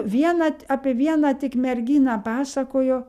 vieną apie vieną tik merginą pasakojo